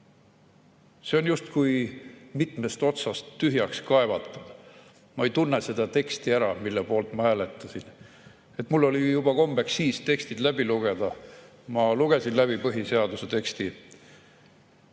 on justkui mitmest otsast tühjaks kaevatud. Ma ei tunne seda teksti, mille poolt ma hääletasin, ära. Mul oli juba siis kombeks tekstid läbi lugeda. Ma lugesin läbi põhiseaduse teksti